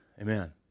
Amen